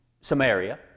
Samaria